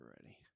already